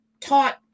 taught